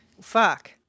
Fuck